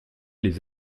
les